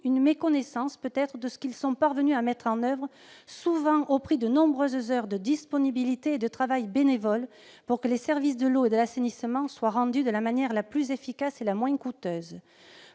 une méconnaissance peut-être -de ce qu'ils sont parvenus à mettre en oeuvre, souvent au prix de nombreuses heures de disponibilité et de travail bénévole, pour que les services de l'eau et de l'assainissement soient rendus de la manière la plus efficace et la moins coûteuse.